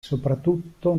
soprattutto